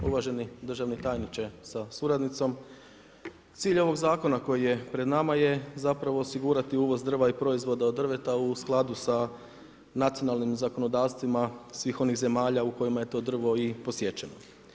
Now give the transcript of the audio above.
Uvaženi državni tajniče sa suradnicom, cilj ovog zakona koji je pred nama je zapravo osigurati uvoz drva i proizvoda od drveta u skladu sa nacionalnim zakonodavstvima svih onih zemalja u kojima je to drvo i posjećeno.